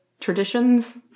traditions